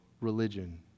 religion